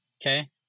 Okay